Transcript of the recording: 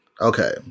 okay